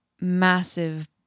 massive